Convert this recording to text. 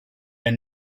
and